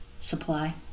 supply